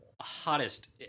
Hottest